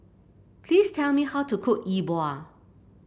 please tell me how to cook Yi Bua